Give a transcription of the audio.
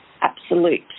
absolute